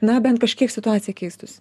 na bent kažkiek situacija keistųsi